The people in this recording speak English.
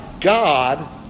god